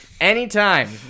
anytime